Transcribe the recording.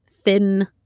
thin